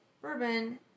Bourbon